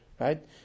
Right